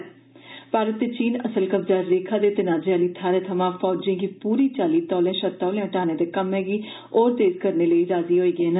भारत ते चीन असल कब्ज़ा रेखा दे तनाजे आह्नी थाह्ने थमां फौजें गी पूरी चाल्ली तौले शा तौले पिच्छे हटाने दे कम्मै गी होर तेज करने लेई राजी होई गे न